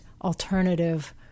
alternative